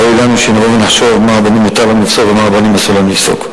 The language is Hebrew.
ואוי לנו אם נבוא ונחשוב מה מותר לרבנים לפסוק ומה אסור לרבנים לפסוק.